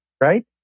right